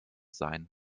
sein